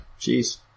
Jeez